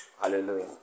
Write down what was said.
Hallelujah